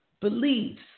beliefs